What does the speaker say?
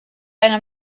eine